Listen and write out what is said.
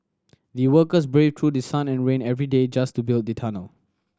the workers braved through the sun and rain every day just to build the tunnel